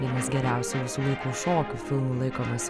vienas geriausių visų laikų šokių filmų laikomas